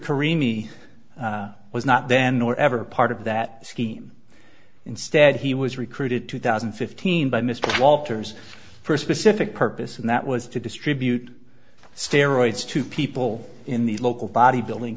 e was not then nor ever part of that scheme instead he was recruited two thousand and fifteen by mr walters first specific purpose and that was to distribute steroids to people in the local bodybuilding